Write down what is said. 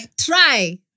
try